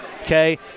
okay